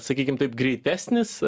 sakykim taip greitesnis